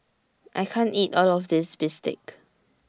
I can't eat All of This Bistake